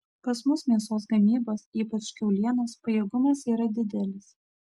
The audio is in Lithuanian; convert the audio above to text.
pas mus mėsos gamybos ypač kiaulienos pajėgumas yra didelis